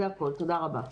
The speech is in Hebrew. תודה רבה.